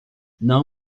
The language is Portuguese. não